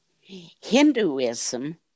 Hinduism